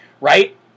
right